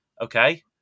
okay